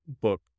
book